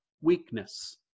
weakness